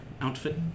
outfit